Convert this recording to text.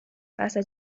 فصل